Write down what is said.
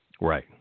Right